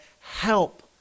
help